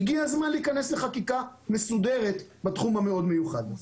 שהגיע הזמן להיכנס לחקיקה מסודרת בתחום המיוחד הזה.